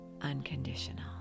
unconditional